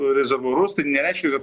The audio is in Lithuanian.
rezervuarus tik nereiškia kad